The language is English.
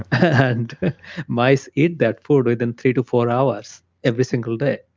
and mice eat that food within three to four hours every single day.